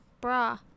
bra